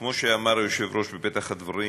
כמו שאמר היושב-ראש בפתח הדברים,